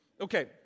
Okay